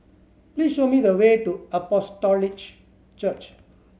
please show me the way to Apostolic Church